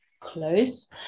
close